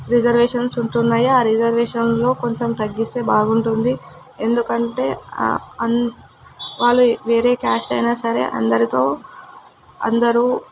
reservations ఉంటున్నాయి ఆ రిజర్వేషన్లలో కొంచెం తగ్గిస్తే బాగుంటుంది ఎందుకంటే వాళ్ళు వేరే క్యాస్ట్ అయిన సరే అందరితో అందరు